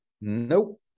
Nope